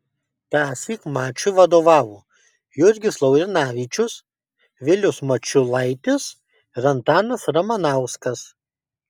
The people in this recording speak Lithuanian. tąsyk mačui vadovavo jurgis laurinavičius vilius mačiulaitis ir antanas ramanauskas